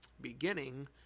beginning